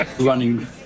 running